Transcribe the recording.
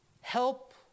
help